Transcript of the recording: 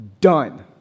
done